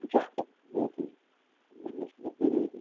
بہٕ کیٛاہ کَرٕ ہے مےٚ چھِ نا ضُروٗری